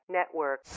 Network